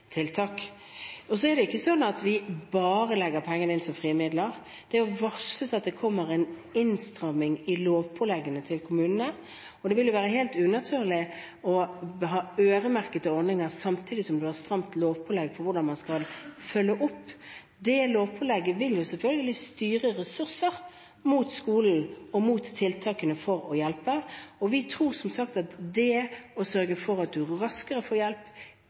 Og så er det ikke sånn at vi bare legger pengene inn som frie midler. Det er varslet at det kommer en innstramming i lovpåleggene til kommunene, og det vil være helt unaturlig å ha øremerkede ordninger samtidig som man har stramt lovpålegg for hvordan man skal følge opp. Det lovpålegget vil selvfølgelig styre ressurser mot skolen og mot tiltakene for å hjelpe. Vi tror, som sagt, at det å sørge for at du raskere får hjelp